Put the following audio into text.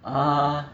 err